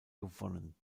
gewonnen